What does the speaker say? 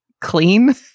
Clean